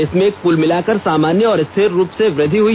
इसमें कुल मिलाकर सामान्य और संथिर रूप से वृद्धि हुई